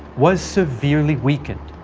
was severely weakened.